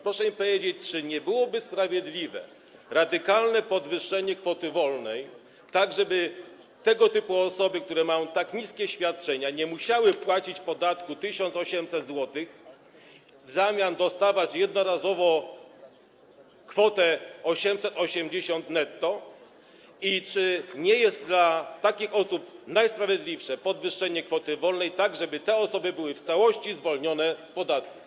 Proszę mi powiedzieć: Czy nie byłoby sprawiedliwe radykalne podwyższenie kwoty wolnej, tak żeby tego typu osoby, które mają tak niskie świadczenia, nie musiały płacić 1800 zł podatku, w zamian dostawać jednorazowo kwotę 880 netto, i czy nie jest dla takich osób najsprawiedliwsze podwyższenie kwoty wolnej, tak żeby te osoby były w całości zwolnione z podatków?